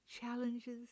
challenges